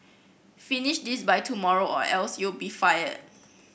finish this by tomorrow or else you'll be fired